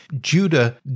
Judah